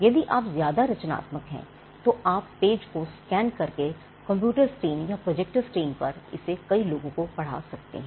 यदि आप ज्यादा रचनात्मक हैं तो आप पेज को स्कैन करके कंप्यूटर स्क्रीन या प्रोजेक्टर स्क्रीन पर इसे कई लोगों को पढ़ा सकते हैं